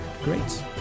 Great